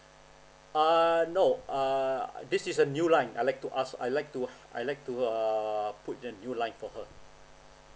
err no err this is a new line I like to ask I like to I like to err put a new line for her